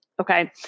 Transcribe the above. Okay